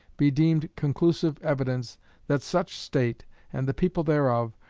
be deemed conclusive evidence that such state, and the people thereof,